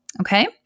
Okay